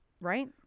right